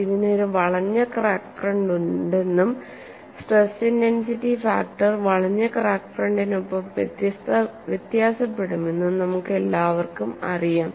ഇതിന് ഒരു വളഞ്ഞ ക്രാക്ക് ഫ്രണ്ട് ഉണ്ടെന്നും സ്ട്രെസ് ഇന്റൻസിറ്റി ഫാക്ടർ വളഞ്ഞ ക്രാക്ക് ഫ്രണ്ടിനൊപ്പം വ്യത്യാസപ്പെടുമെന്നും നമുക്കെല്ലാവർക്കും അറിയാം